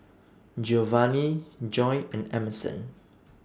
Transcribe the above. Giovani Joy and Emerson